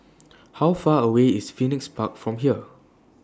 How Far away IS Phoenix Park from here